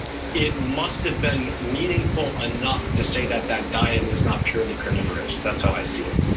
it must've been meaningful enough to say that that diet was not purely carnivorous. that's how i see it.